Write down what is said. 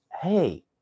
hey